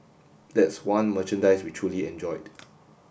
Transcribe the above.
that's one merchandise we truly enjoyed